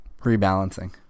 rebalancing